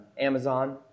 Amazon